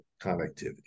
connectivity